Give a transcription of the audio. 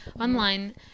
online